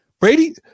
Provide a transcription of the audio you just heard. Brady